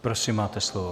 Prosím, máte slovo.